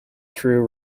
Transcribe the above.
threw